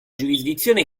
giurisdizione